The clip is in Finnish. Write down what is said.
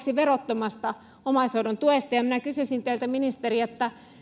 verottomasta omaishoidon tuesta minä kysyisin teiltä ministeri